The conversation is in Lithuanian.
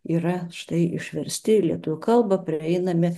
yra štai išversti į lietuvių kalbą prieinami